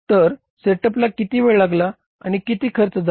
तर सेटअपला किती वेळ लागला आणि किती खर्च झाला